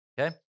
Okay